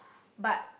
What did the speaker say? but